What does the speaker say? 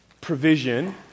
provision